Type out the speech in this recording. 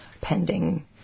pending